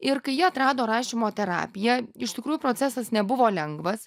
ir kai ji atrado rašymo terapiją iš tikrųjų procesas nebuvo lengvas